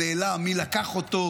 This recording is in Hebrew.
עד עשר דקות לרשותך.